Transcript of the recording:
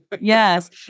yes